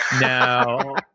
No